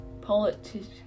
politics